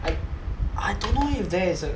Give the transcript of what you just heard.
I I don't know if there is a